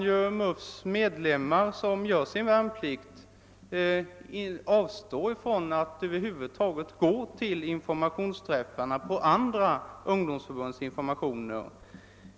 De MUF-med lemmar som gör sin värnplikt kan t.o.m. avstå från att över huvud taget deltaga vid de träffar, där andra ungdomsförbund lämnar informationer.